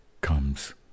comes